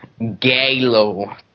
Galo